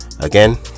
again